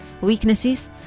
Weaknesses